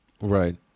Right